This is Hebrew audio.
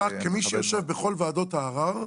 כמי שיושב בכל ועדות הערער,